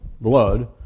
blood